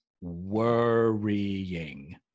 worrying